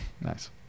Nice